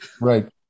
Right